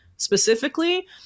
Specifically